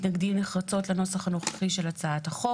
מתנגדים נחרצות לנוסח הנוכחי של הצעת החוק.